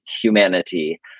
humanity